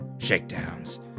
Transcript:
shakedowns